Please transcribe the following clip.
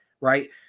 Right